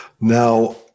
Now